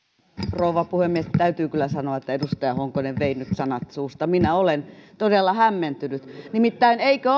rouva puhemies täytyy kyllä sanoa että edustaja honkonen vei nyt sanat suusta ja olen todella hämmentynyt nimittäin eikö